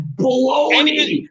blowing